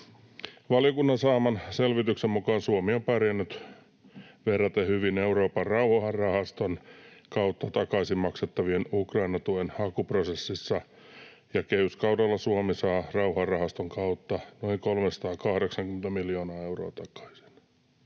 Valiokunnan saaman selvityksen mukaan Suomi on pärjännyt verraten hyvin Euroopan rauhanrahaston kautta takaisinmaksettavan Ukraina-tuen hakuprosessissa, ja kehyskaudella Suomi saa rauhanrahaston kautta noin 380 miljoonaa euroa takaisin.